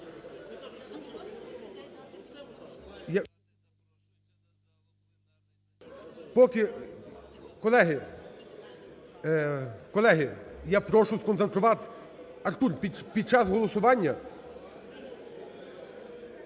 Поки... Колеги, колеги, я прошу сконцентруватися. Артур, під час голосування...